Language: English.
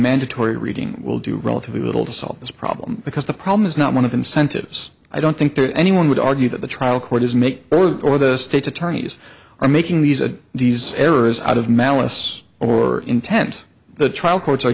mandatory reading will do relatively little to solve this problem because the problem is not one of incentives i don't think that anyone would argue that the trial court is make or the states attorneys are making these are these errors out of malice or intent the trial courts are